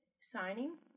signing